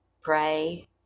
pray